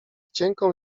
cienką